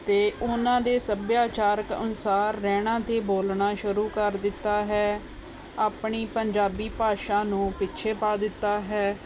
ਅਤੇ ਉਹਨਾਂ ਦੇ ਸੱਭਿਆਚਾਰਕ ਅਨੁਸਾਰ ਰਹਿਣਾ ਅਤੇ ਬੋਲਣਾ ਸ਼ੁਰੂ ਕਰ ਦਿੱਤਾ ਹੈ ਆਪਣੀ ਪੰਜਾਬੀ ਭਾਸ਼ਾ ਨੂੰ ਪਿੱਛੇ ਪਾ ਦਿੱਤਾ ਹੈ